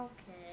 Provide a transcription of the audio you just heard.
Okay